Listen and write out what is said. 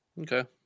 Okay